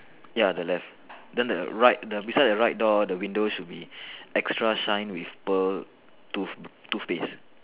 ya the left then the right the beside the right door the window should be extra shine with pearl tooth toothpaste